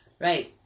Right